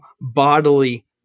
bodily